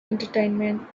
entertainment